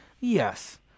yes